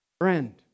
Friend